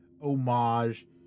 homage